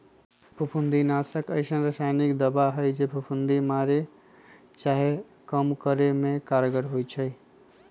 फफुन्दीनाशी अइसन्न रसायानिक दबाइ हइ जे फफुन्दी मारे चाहे कम करे में कारगर होइ छइ